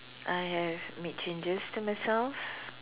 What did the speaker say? I have made changes to myself